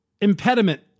impediment